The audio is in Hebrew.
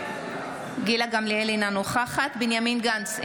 אינה נוכחת בנימין גנץ,